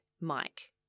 Mike